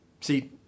See